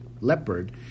leopard